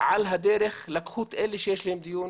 על הדרך לקחו את אלה שיש להם דיון